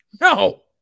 No